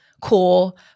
cool